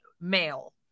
male